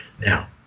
Now